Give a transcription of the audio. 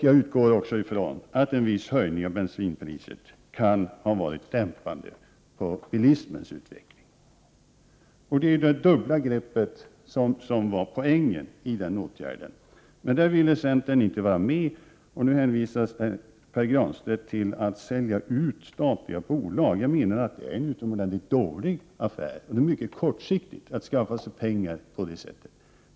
Jag utgår också ifrån att en viss höjning av bensinpriset kan ha varit dämpande på bilismens utveckling. Det är det dubbla greppet som var poängen med den åtgärden. Centern ville då inte vara med, och nu hänvisar Pär Granstedt till att man skall sälja ut statliga bolag. Jag menar att det vore en utomordentligt dålig affär. Det är mycket kortsiktigt att skaffa sig pengar på det sättet.